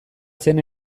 zen